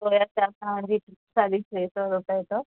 soya chaap तव्हांजी साढी टे सौ रुपए अथव